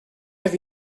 have